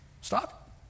Stop